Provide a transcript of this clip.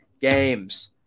games